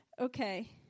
Okay